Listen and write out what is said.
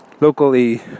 locally